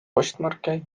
postmarke